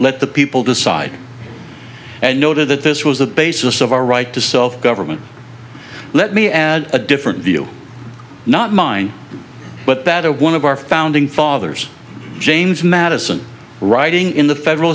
let the people decide and noted that this was the basis of our right to self government let me add a different view not mine but that of one of our founding fathers james madison writing in the